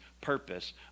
purpose